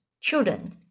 children